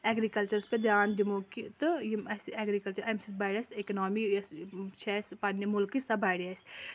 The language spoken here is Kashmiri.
ایٚگرکَلچرَس پیٚٹھ دیٛان دِمو کہِ تہٕ یِم اَسہِ ایٚگرِکَلچر اَمہِ سۭتۍ بَڈِ اَسہِ اکناومی یۄس چھےٚ اَسہِ پَنٕنہِ مُلکٕچ سۄ بَڈِ اَسہِ